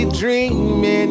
dreaming